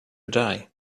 die